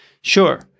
Sure